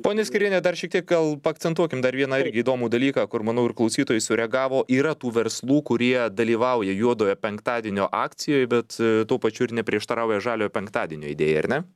ponia skyriene dar šiek tiek gal paakcentuokim dar vieną irgi įdomų dalyką kur manau ir klausytojai sureagavo yra tų verslų kurie dalyvauja juodojo penktadienio akcijoj bet tuo pačiu ir neprieštarauja žaliojo penktadienio idėjai ar ne